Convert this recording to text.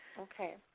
Okay